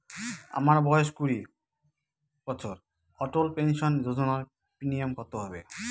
আমার বয়স কুড়ি বছর অটল পেনসন যোজনার প্রিমিয়াম কত হবে?